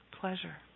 pleasure